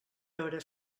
veure